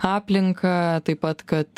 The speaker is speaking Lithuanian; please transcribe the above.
aplinka taip pat kad